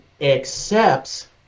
Accepts